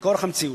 וכורח המציאות,